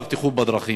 את "הבטיחות בדרכים",